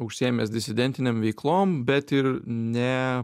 užsiėmęs disidentinėm veiklom bet ir ne